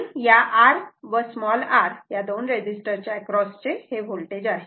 9848 आहे आणि या R व r दोन रेझिस्टरच्या एक्रॉसचे होल्टेज आहे